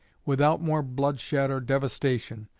without more bloodshed or devastation,